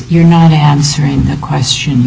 you're not answering the question